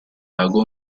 lago